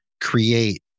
create